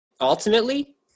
Ultimately